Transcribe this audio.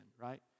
right